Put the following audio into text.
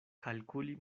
kalkuli